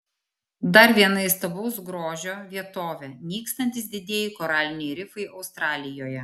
dar viena įstabaus grožio vietovė nykstantys didieji koraliniai rifai australijoje